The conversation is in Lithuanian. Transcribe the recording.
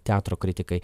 teatro kritikai